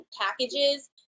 packages